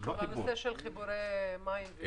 בנושא של חיבורי מים.